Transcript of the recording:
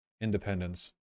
Independence